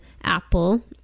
Apple